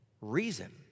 reason